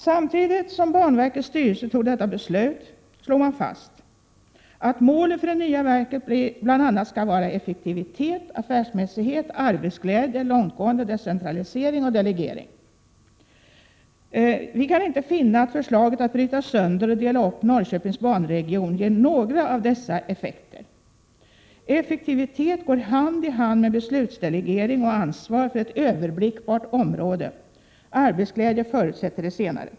Samtidigt som banverkets styrelse fattade detta beslut slog man fast att målet för det nya verket bl.a. skall vara effektivitet, affärsmässighet, arbetsglädje, långtgående decentralisering och delegering. Vi kan inte finna att förslaget att bryta sönder och dela upp Norrköpings banregion ger några av dessa effekter. Effektivitet går hand i hand med beslutsdelegering och ansvar för ett överblickbart område. Arbetsglädje förutsätter det senare.